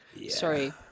Sorry